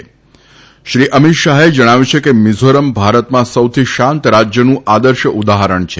ત શ્રી અમિત શાહે જણાવ્યું છે કે મિઝોરમ ભારતમાં સૌથી શાંત રાજ્યનું આદર્શ ઉદાહરણ છે